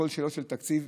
הכול שאלות של תקציב.